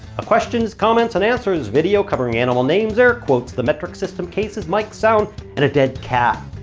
a questions, comments and answers video covering animal names, air quotes, the metric system, cases, mics, sound, and a dead cat.